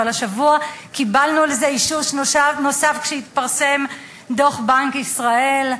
אבל השבוע קיבלנו לזה אישוש נוסף כשהתפרסם דוח בנק ישראל,